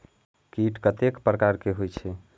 कीट कतेक प्रकार के होई छै?